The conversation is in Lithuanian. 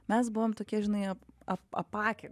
mes buvom tokie žinai ap apakę